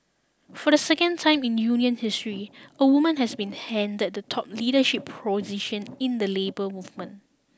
for the second time in union history a woman has been handed the top leadership position in the labour movement